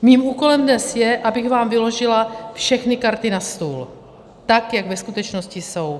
Mým úkolem dnes je, abych vám vyložila všechny karty na stůl tak, jak ve skutečnosti jsou.